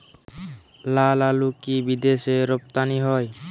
লালআলু কি বিদেশে রপ্তানি হয়?